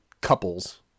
couples